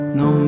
no